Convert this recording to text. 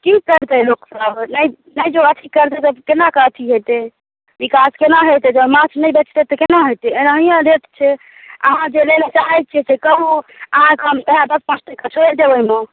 की करतै लोकसब नहि जो अथी करतै तऽ केना कऽ अथी होयतै विकास केना होयतै जब माँछ नहि बेचतै तऽ केना होयतै एनाहिये रेट छै अहाँ जे लै लऽ चाहैत छियै से कहु अहाँके हम इहए दश पाँच टका छोड़ि देब ओहिमे